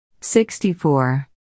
64